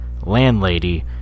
Landlady